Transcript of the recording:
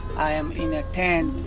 i'm in a tent,